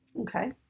Okay